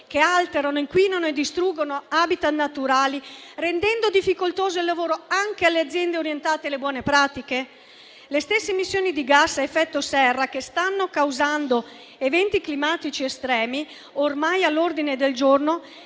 che alterano, inquinano e distruggono *habitat* naturali, rendendo difficoltoso il lavoro anche alle aziende orientate alle buone pratiche? Le stesse emissioni di gas a effetto serra, che stanno causando eventi climatici estremi, ormai all'ordine del giorno,